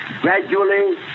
gradually